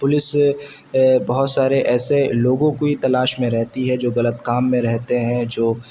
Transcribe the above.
police بہت سارے ایسے لوگوں کی تلاش میں رہتی ہے جو غلط کام میں رہتے ہیں جو